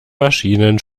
maschinen